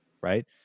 right